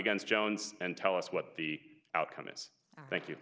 begins jones and tell us what the outcome is thank you